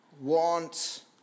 want